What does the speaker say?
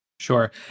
Sure